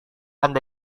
anda